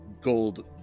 gold